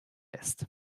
lässt